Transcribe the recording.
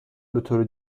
بطور